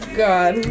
god